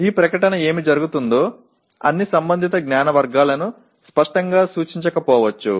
ఇప్పుడు ఈ ప్రకటన ఏమి జరుగుతుందో అన్ని సంబంధిత జ్ఞాన వర్గాలను స్పష్టంగా సూచించకపోవచ్చు